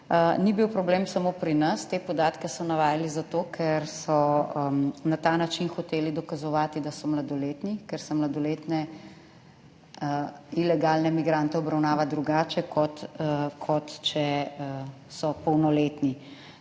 Ni bil problem samo pri nas, te podatke so navajali zato, ker so na ta način hoteli dokazovati, da so mladoletni, ker so mladoletne ilegalne migrante obravnava drugače, kot če so polnoletni.